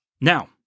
Now